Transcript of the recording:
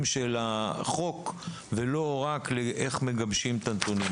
של החוק ולא רק לאיך מגבשים את הנתונים,